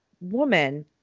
woman